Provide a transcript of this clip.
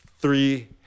three